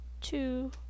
two